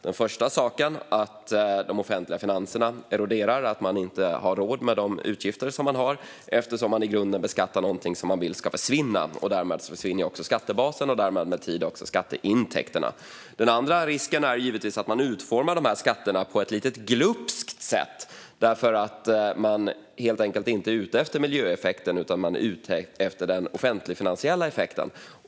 Den första risken är att de offentliga finanserna eroderar och att man inte har råd med de utgifter man har, eftersom man i grunden beskattar någonting som man vill ska försvinna. Därmed försvinner också skattebasen och med tiden även skatteintäkterna. Den andra risken är givetvis att man utformar de här skatterna på ett lite glupskt sätt därför att man inte är ute efter miljöeffekten utan efter den offentlig-finansiella effekten.